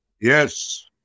Yes